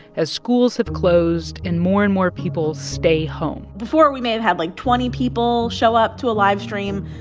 as schools have closed and more and more people stay home before, we may have had, like, twenty people show up to livestream.